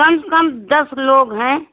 कम से कम दस लोग हैं